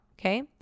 okay